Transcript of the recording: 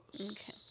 Okay